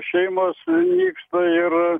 šeimos nyksta ir